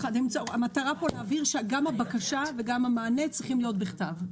המטרה פה היא להבהיר שגם הבקשה וגם המענה צריכים להיות בכתב.